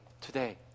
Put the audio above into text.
today